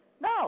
No